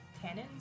tannins